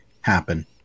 happen